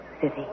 city